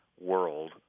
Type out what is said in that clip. world